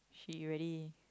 she really